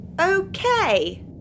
okay